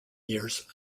years